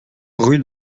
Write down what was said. rue